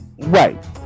right